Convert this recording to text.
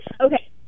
Okay